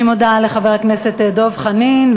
אני מודה לחבר הכנסת דב חנין.